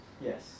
Yes